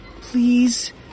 Please